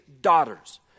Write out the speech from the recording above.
daughters